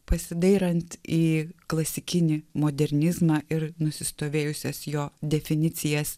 pasidairant į klasikinį modernizmą ir nusistovėjusias jo definicijas